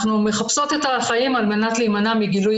אנחנו מחפשות את האחאים על מנת להימנע מגילוי